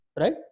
Right